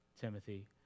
Timothy